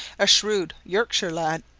a shrewd yorkshire lad,